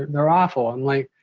they're awful! i'm like,